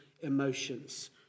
emotions